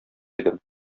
идем